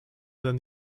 than